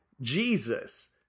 Jesus